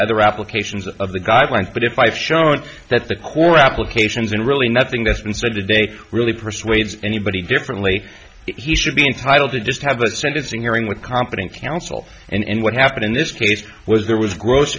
applications of the guidelines but if i have shown that the core applications and really nothing that's been said today really persuades anybody differently he should be entitled to just have a sentencing hearing with competent counsel and what happened in this case was there was gross